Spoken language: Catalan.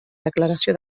declaració